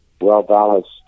well-balanced